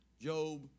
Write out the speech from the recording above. Job